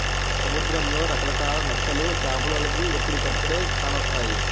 సముద్రంలో రకరకాల నత్తలు చేపలోలికి ఎప్పుడుకప్పుడే కానొస్తాయి